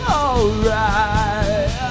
alright